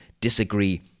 disagree